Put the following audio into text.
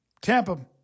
Tampa